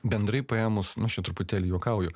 bendrai paėmus nu aš čia truputėlį juokauju